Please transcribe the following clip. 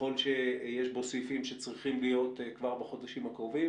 ככל שיש בו סעיפים שצריכים להיות כבר בחודשים הקרובים